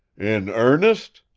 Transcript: in earnest!